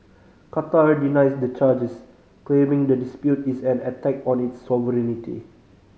Qatar denies the charges claiming the dispute is an attack on its sovereignty